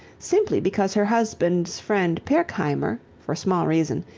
simply because her husband's friend pirkheimer, for small reason,